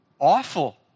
awful